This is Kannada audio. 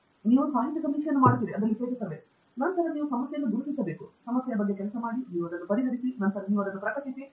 ನೀವು ಸಾಹಿತ್ಯ ಸಮೀಕ್ಷೆಯನ್ನು ಮಾಡುತ್ತೀರಿ ನಂತರ ನೀವು ಸಮಸ್ಯೆಯನ್ನು ಗುರುತಿಸಿ ಸಮಸ್ಯೆಯ ಬಗ್ಗೆ ಕೆಲಸ ಮಾಡುತ್ತೀರಿ ನೀವು ಅದನ್ನು ಪರಿಹರಿಸುತ್ತೀರಿ ನಂತರ ನೀವು ಅದನ್ನು ಪ್ರಕಟಿಸಿ ಹೊರಬರಿರಿ